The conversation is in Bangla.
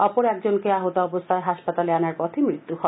অপর একজনকে আহত অবস্থায় হাসপাতালে আনার পথে মৃত্যু হয়